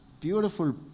Beautiful